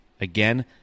Again